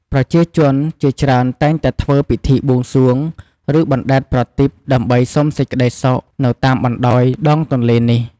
ប្រជាជនជាច្រើនតែងតែធ្វើពិធីបួងសួង ឬបណ្តែតប្រទីបដើម្បីសុំសេចក្តីសុខនៅតាមបណ្តោយដងទន្លេនេះ។